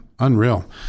Unreal